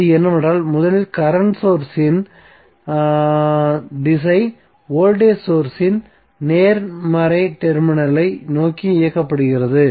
அது என்னவென்றால் முதலில் கரண்ட் சோர்ஸ் இன் திசை வோல்டேஜ் சோர்ஸ் இன் நேர்மறை டெர்மினலை நோக்கி இயக்கப்படுகிறது